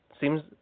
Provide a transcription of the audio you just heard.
seems